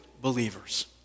believers